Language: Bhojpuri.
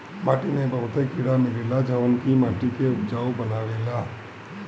माटी में बहुते कीड़ा मिलेला जवन की माटी के उपजाऊ बनावेला